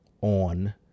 on